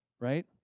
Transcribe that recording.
Right